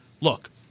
Look